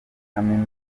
kaminuza